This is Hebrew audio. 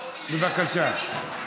בבקשה.